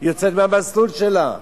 יוצאת מהמסלול שלה?